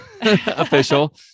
official